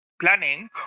planning